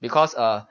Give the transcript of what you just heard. because uh